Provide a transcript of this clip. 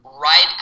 right